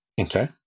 Okay